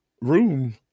room